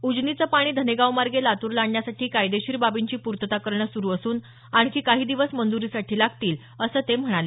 उजनीचं पाणी धनेगावमार्गे लातूरला आणण्यासाठी कायदेशीर बाबींची पूर्तता करणं सुरू असून आणखी काही दिवस मंजुरीसाठी लागतील असं ते म्हणाले